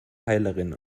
heilerin